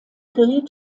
geriet